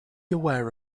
aware